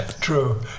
True